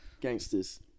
gangsters